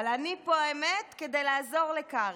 אבל אני פה, האמת, כדי לעזור לקרעי,